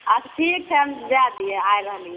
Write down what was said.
अच्छा ठीक छै दै दियै आए रहलियै